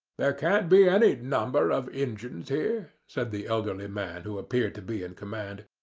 there can't be any number of injuns here, said the elderly man who appeared to be in command.